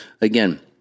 Again